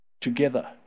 together